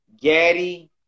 Gaddy